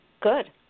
good